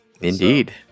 indeed